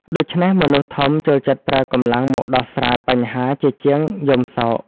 ដូច្នេះមនុស្សធំចូលចិត្តប្រើកម្លាំងមកដោះស្រាយបញ្ហាជាជាងយំសោក។